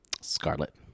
Scarlet